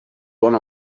one